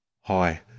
Hi